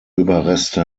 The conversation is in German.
überreste